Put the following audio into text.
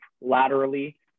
laterally